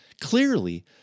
Clearly